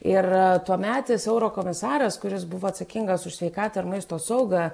ir tuometis eurokomisaras kuris buvo atsakingas už sveikatą ir maisto saugą